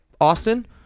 Austin